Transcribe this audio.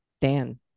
Dan